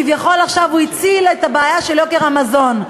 כביכול עכשיו הוא הציל את הבעיה של יוקר המזון.